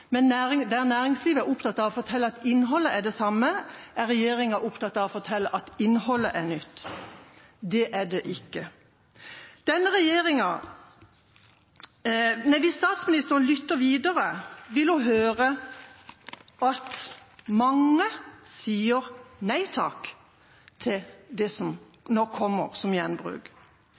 Men der næringslivet er opptatt av å fortelle at innholdet er det samme, er regjeringa opptatt av å fortelle at innholdet er nytt. Det er det ikke. Hvis statsministeren lytter videre, vil hun høre at mange sier nei takk til det som nå kommer som gjenbruk.